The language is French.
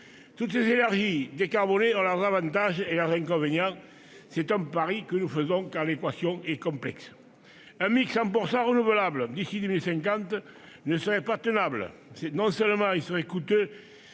Toutes les énergies décarbonées ont leurs avantages et leurs inconvénients. C'est un pari que nous faisons, car l'équation est complexe. Atteindre un mix 100 % renouvelable d'ici à 2050 ne serait pas réaliste. Ce serait non seulement coûteux,